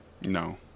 No